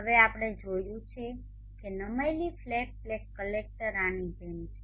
હવે આપણે જોયું છે કે નમેલી ફ્લેટ પ્લેટ કલેક્ટર આની જેમ છે